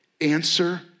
answer